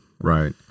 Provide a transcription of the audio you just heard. Right